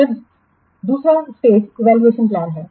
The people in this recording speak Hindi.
फिर दूसरा स्टेज इवैल्यूएशन प्लान है